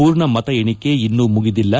ಪೂರ್ಣ ಮತ ಎಣಿಕೆ ಇನ್ನೂ ಮುಗಿದಿಲ್ಲ